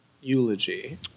eulogy